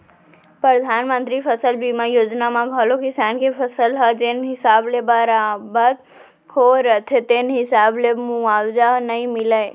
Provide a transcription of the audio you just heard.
परधानमंतरी फसल बीमा योजना म घलौ किसान के फसल ह जेन हिसाब ले बरबाद होय रथे तेन हिसाब ले मुवावजा नइ मिलय